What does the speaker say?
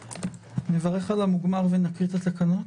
נברך על המוגמר ונקרא את התקנות.